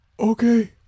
Okay